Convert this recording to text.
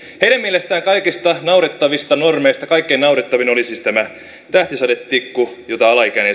heidän mielestään kaikista naurettavista normeista kaikkein naurettavin oli siis tämä tähtisadetikku jota alaikäinen